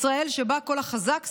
ישראל שבה כל החזק שורד,